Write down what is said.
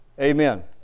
Amen